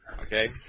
Okay